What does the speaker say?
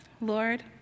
Lord